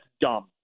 dumb